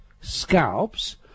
scalps